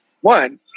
One